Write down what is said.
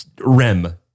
REM